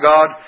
God